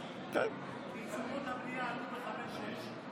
כי תשומות הבנייה עלו בחמש-שש.